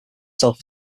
self